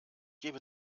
gebe